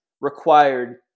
required